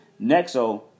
Nexo